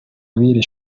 w’iri